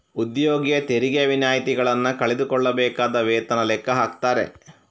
ಉದ್ಯೋಗಿಯ ತೆರಿಗೆ ವಿನಾಯಿತಿಗಳನ್ನ ಕಳೆದು ಕೊಡಬೇಕಾದ ವೇತನ ಲೆಕ್ಕ ಹಾಕ್ತಾರೆ